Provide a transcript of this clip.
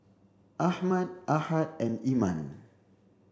Ahmad Ahad and Iman